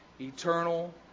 eternal